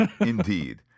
Indeed